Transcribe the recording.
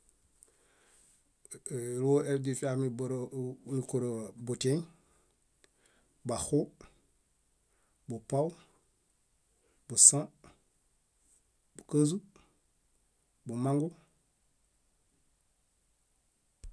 Élooho eźifiami bóre- ní- níkorewa butieŋ, baxu, bupaw, busã, búkaźu, bumangu.